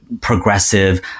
progressive